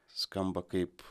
skamba kaip